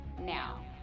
now